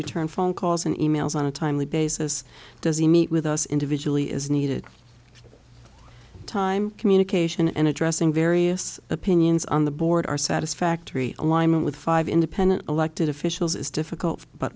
return phone calls and e mails on a timely basis does he meet with us individually as needed time communication and addressing various opinions on the board are satisfactory alignment with five independent elected officials is difficult but